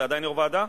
אתה עדיין יו"ר ועדה?